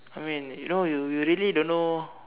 I mean you know you you really don't know